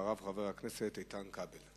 אחריו, חבר הכנסת איתן כבל.